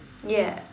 ya